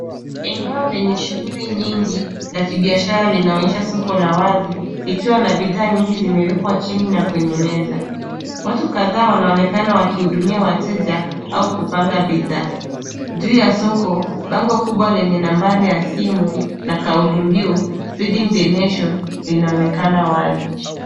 Eneo lenye shuguli nyingi za kibiashara linaonyesha soko la wazi likiwa na bidhaa nyingi zimewekwa chini ya kwenye meza. watu kadhaa wanaonekana wakihudumia wateja au kupanga bidhaa. Juu ya soko, bango kubwa lenye nambari ya simu na kaulimbiu feeding the nation linaonekana wazi.